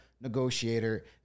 negotiator